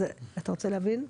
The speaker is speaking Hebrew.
אתה רוצה להבין?